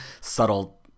subtle